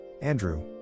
Andrew